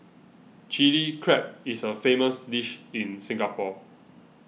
Chilli Crab is a famous dish in Singapore